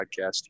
podcast